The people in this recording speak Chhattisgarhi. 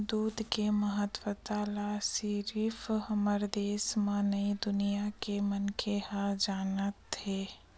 दूद के महत्ता ल सिरिफ हमरे देस म नइ दुनिया के मनखे ह जानत हे